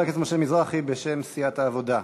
חבר הכנסת משה מזרחי, בשם סיעת העבודה.